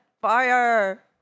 fire